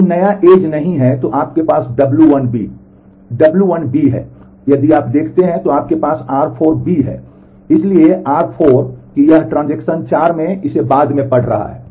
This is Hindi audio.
तो कोई नया edge नहीं है तो आपके पास w 1 B w 1 B है और यदि आप देखते हैं तो आपके पास r4 है इसलिए r4 कि यह ट्रांज़ैक्शन 4 इसे बाद में पढ़ रहा है